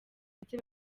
ndetse